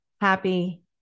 happy